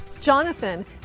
Jonathan